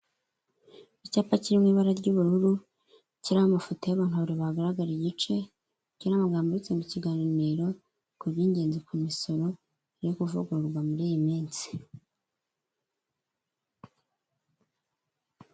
Icyapa kiri mu ibara ry'ubururu, kiriho amafoto y'abantu babiri bagaraga igice, kiriho amagambo yanditse ''ikiganiro ku by'ingenzi ku misoro iri kuvugururwa muri iyi minsi''.